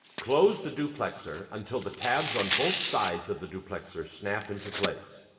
close the duplexer until the tabs on both sides of the duplexer snap into place.